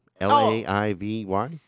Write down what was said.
L-A-I-V-Y